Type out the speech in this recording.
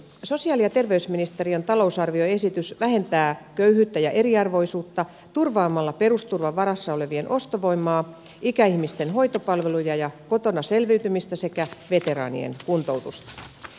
sosiaali ja terveysministeriön talousarvioesitys vähentää köyhyyttä ja eriarvoisuutta turvaamalla perusturvan varassa olevien ostovoimaa ikäihmisten hoitopalveluja ja kotona selviytymistä sekä veteraanien kuntoutusta